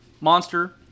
Monster